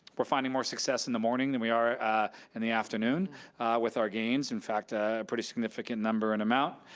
we're finding more success in the morning than we are in the afternoon with our gains. in fact, a pretty significant number and amount,